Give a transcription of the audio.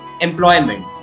employment